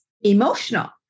emotional